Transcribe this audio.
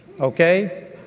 okay